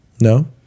No